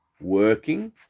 working